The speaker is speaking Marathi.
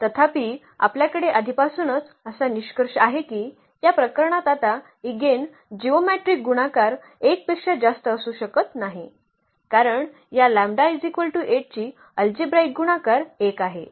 तथापि आपल्याकडे आधीपासूनच असा निष्कर्ष आहे की या प्रकरणात आता इगेन जिओमेट्रीक गुणाकार 1 पेक्षा जास्त असू शकत नाही कारण या λ 8 ची अल्जेब्राईक गुणाकार 1 आहे